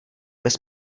bez